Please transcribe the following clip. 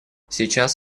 сейчас